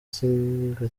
senga